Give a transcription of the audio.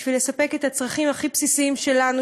בשביל לספק את הצרכים הכי בסיסיים שלנו,